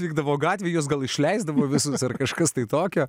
vykdavo gatvėje jos gal išleisdavo visos ar kažkas tai tokia